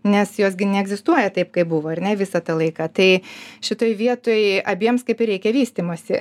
nes jos gi neegzistuoja taip kaip buvo ar ne visą tą laiką tai šitoj vietoj abiems kaip ir reikia vystymosi